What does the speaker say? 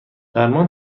درمان